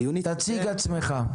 תציג את עצמך.